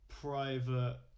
private